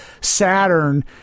Saturn